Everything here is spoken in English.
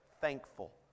thankful